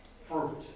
fruit